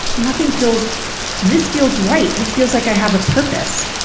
nothing feels this feels right! this feels like i have a purpose!